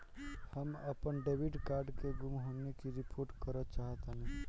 हम अपन debit card के गुम होने की रिपोर्ट करे चाहतानी